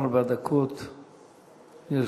ארבע דקות לרשותך.